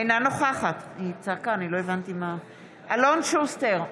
אינה נוכחת אלון שוסטר,